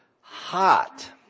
hot